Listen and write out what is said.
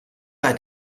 bei